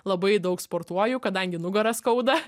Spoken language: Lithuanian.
labai daug sportuoju kadangi nugarą skauda